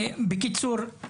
בקיצור,